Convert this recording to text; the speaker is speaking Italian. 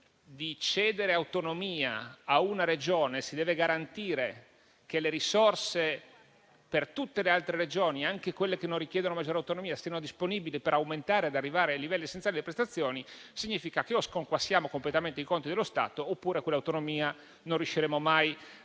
di cedere autonomia a una Regione, si deve garantire che le risorse per tutte le altre Regioni, anche quelle che non richiedono maggiore autonomia, siano disponibili per aumentare e arrivare ai livelli essenziali delle prestazioni, significa che o sconquassiamo completamente i conti dello Stato oppure non riusciremo mai a garantire